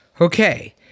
Okay